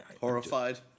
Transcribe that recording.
Horrified